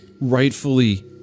rightfully